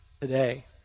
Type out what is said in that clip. today